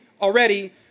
already